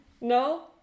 No